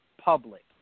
public